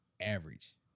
average